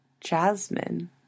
Jasmine